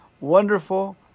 Wonderful